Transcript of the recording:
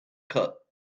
cut